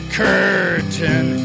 curtain